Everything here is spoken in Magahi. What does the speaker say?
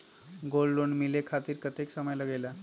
गोल्ड ऋण मिले खातीर कतेइक समय लगेला?